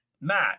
Matt